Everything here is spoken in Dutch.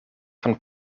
van